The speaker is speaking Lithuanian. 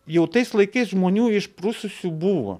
jau tais laikais žmonių išprususių buvo